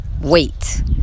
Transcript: wait